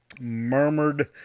murmured